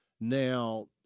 Now